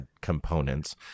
components